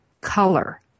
color